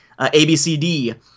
ABCD